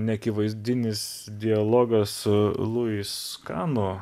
neakivaizdinis dialogas luis kano